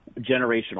generational